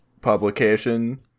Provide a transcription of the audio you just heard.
publication